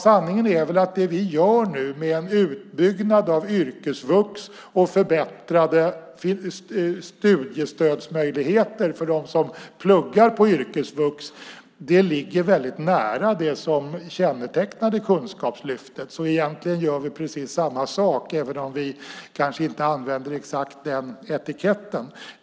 Sanningen är väl att det vi gör nu med en utbyggnad av yrkesvux och förbättrade studiestödsmöjligheter för dem som pluggar på yrkesvux ligger väldigt nära det som kännetecknade Kunskapslyftet. Egentligen gör vi alltså precis samma sak, även om vi kanske inte använder exakt den etiketten.